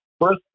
first